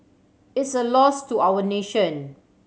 it's a loss to our nation